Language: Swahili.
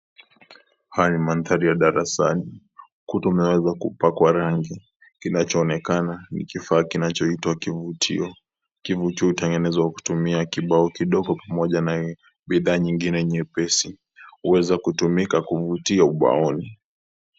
Haya ni manthari ya darasani ukuta umeweza kupakwa rangi kinachoonekana kifaa kinachoitwa kifutio ,kifutio hutengenezwa kutumia na kibao kidogo kimoja na bidhaa nyingine nyepesi huweza kutumika kufutia ubaoni.